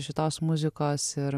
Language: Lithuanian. šitos muzikos ir